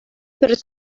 пӗр